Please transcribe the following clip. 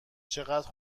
چقدر